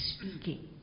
speaking